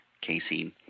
casein